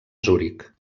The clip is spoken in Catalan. zuric